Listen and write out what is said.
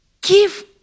give